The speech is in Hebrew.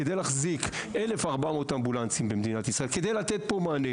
וכדי להחזיק 1,400 אמבולנסים במדינת ישראל כדי לתת מענה